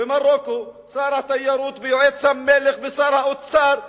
במרוקו שר התיירות ויועץ המלך ושר האוצר יהודים.